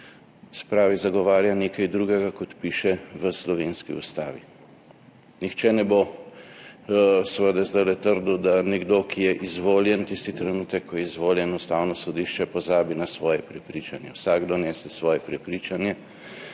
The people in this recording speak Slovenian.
pravi, zagovarja nekaj drugega, kot piše v slovenski ustavi. Nihče ne bo seveda zdajle trdil, da nekdo tisti trenutek, ko je izvoljen v ustavno sodišče, pozabi na svoje prepričanje. Vsakdo nese svoje prepričanje,